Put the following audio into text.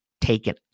taken